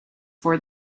for